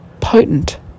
potent